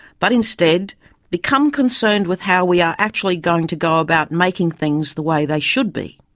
but instead become concerned with how we are actually going to go about making things the way they should be.